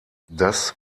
das